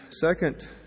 second